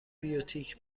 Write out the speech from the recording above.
بیوتیک